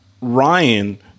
Ryan